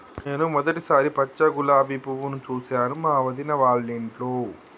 నేను మొదటిసారి పచ్చ గులాబీ పువ్వును చూసాను మా వదిన వాళ్ళింట్లో